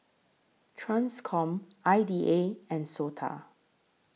TRANSCOM I D A and Sota